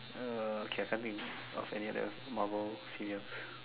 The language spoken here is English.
uh okay I can't think of any other Marvel female